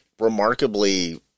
remarkably